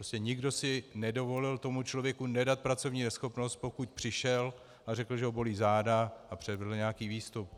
Prostě nikdo si nedovolil tomu člověku nedat pracovní neschopnost, pokud přišel a řekl, že ho bolí záda, a předvedl nějaký výstup.